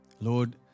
Lord